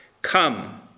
Come